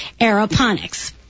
aeroponics